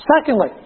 Secondly